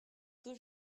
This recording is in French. que